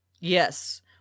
Yes